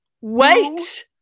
Wait